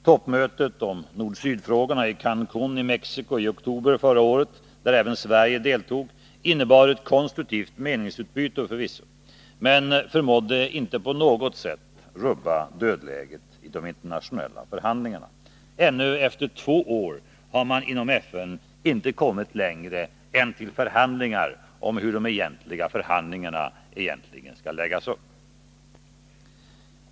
Toppmötet om nord-syd-frågorna i Cancun i Mexico i oktober förra året, där även Sverige deltog, innebar förvisso ett konstruktivt meningsutbyte, men förmådde inte på något sätt rubba dödläget ide internationella förhandlingarna. Ännu efter två år har man inom FN inte kommit längre än till förhandlingar om hur de egentliga förhandlingarna skall läggas upp.